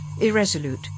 irresolute